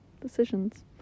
decisions